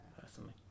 personally